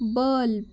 bulb